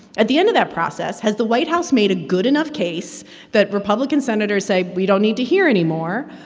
at the end of that process, has the white house made a good enough case that republican senators say, we don't need to hear anymore?